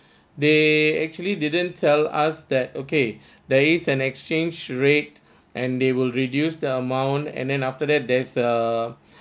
they actually didn't tell us that okay there is an exchange rate and they will reduce the amount and then after that there's a